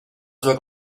sua